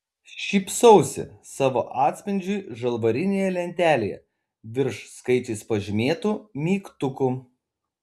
šypsausi savo atspindžiui žalvarinėje lentelėje virš skaičiais pažymėtų mygtukų